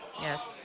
Yes